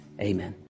Amen